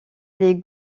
les